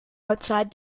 outside